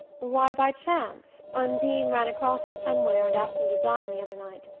why, by chance undine ran across him somewhere and asked him to dine the other night.